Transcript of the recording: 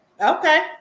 Okay